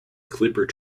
clipper